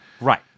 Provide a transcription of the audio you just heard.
Right